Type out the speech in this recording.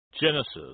Genesis